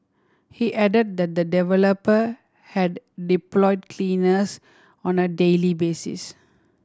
he added that the developer had deployed cleaners on a daily basis